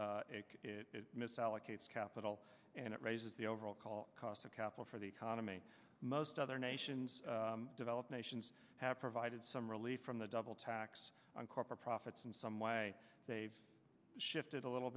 misallocated capital and it raises the overall call cost of capital for the economy most other nations developed nations have provided some relief from the double tax on corporate profits and some why they've shifted a little